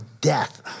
death